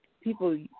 people